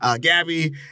Gabby